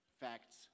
facts